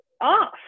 off